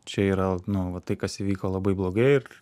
čia yra nu va tai kas įvyko labai blogai ir